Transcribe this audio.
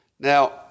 Now